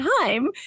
time